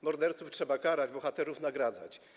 Morderców trzeba karać, bohaterów nagradzać.